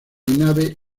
nave